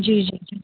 جی جی جی